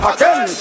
Again